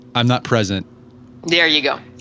i'm not present there you go.